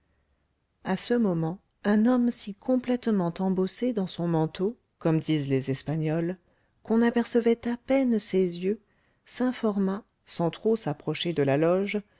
à ce moment un homme si complètement embossé dans son manteau comme disent les espagnols qu'on apercevait à peine ses yeux s'informa sans trop s'approcher de la loge